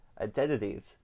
identities